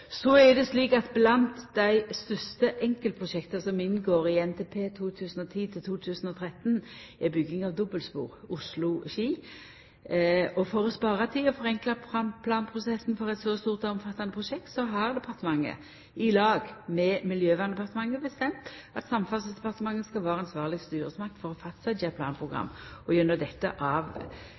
Så er det slik at blant dei største enkeltprosjekta som inngår i NTP 2010–2013, er bygging av dobbeltspor Oslo–Ski. For å spara tid og forenkla planprosessen for eit så stort og omfattande prosjekt har departementet i lag med Miljøverndepartementet bestemt at Samferdselsdepartementet skal vera ansvarleg styresmakt for å fastsetja planprogram og gjennom dette